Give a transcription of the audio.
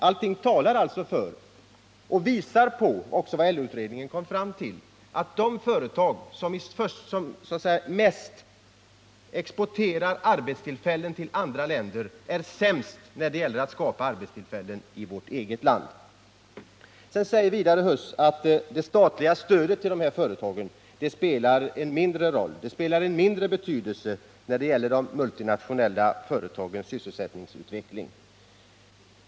Allting talar alltså för och visar på vad LO-utredningen kom fram till, att de företag som så att säga mest exporterar arbetstillfällen till andra länder är sämst när det gäller att skapa arbetstillfällen i vårt eget land. Erik Huss säger vidare att det statliga stödet till de här företagen har mindre betydelse när det gäller de multinationella företagens sysselsättningsutveckling.